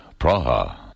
Praha